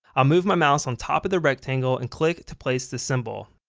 i'll move my mouse on top of the rectangle and click to place the symbol.